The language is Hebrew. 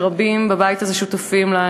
שרבים בבית הזה שותפים לה,